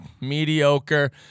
mediocre